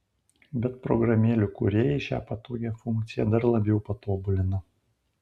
bet programėlių kūrėjai šią patogią funkciją dar labiau patobulino